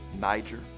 Niger